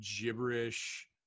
gibberish